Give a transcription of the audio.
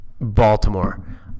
Baltimore